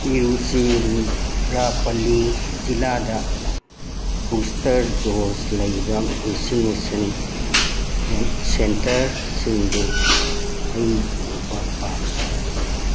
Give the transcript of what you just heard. ꯇꯤꯔꯨꯆꯤꯔꯥꯄꯜꯂꯤ ꯖꯤꯜꯂꯥꯗ booster dose ꯂꯩꯕ vaccination ꯁꯦꯟꯇꯔꯁꯤꯡꯗꯨ ꯑꯩ ꯎꯕ ꯄꯥꯝꯃꯤ